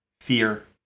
fear